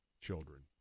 children